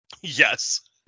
Yes